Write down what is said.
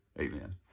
Amen